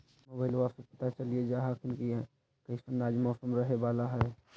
मोबाईलबा से पता चलिये जा हखिन की कैसन आज मौसम रहे बाला है?